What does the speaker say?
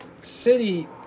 city